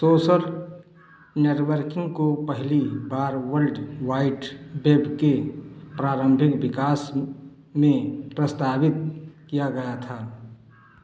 social networking को पहली बार वर्ल्ड वाइड वेब के प्रारंभिक विकास में प्रस्तावित किया गया था